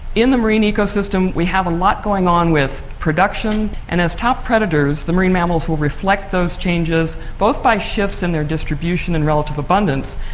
in the marine ecosystem we have a lot going on with production, and as top predators the marine mammals will reflect those changes, both by shifts in their distribution and relative abundance,